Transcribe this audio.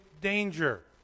danger